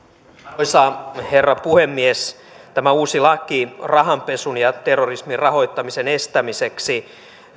arvoisa herra puhemies tämä uusi laki rahanpesun ja terrorismin rahoittamisen estämiseksi